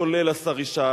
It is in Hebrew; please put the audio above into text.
כולל השר ישי.